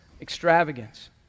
extravagance